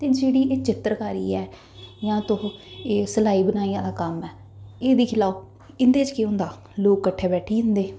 ते जेह्ड़ी एह् चित्तरकारी ऐ जां तुह् एह् सलाई बुनाई आह्ला कम्म ऐ एह् दिक्खी लैओ इं'दे च केह् होंदा लोग कट्ठे बैठी जंदे